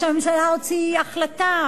ראש הממשלה הוציא החלטה,